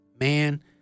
man